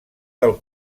del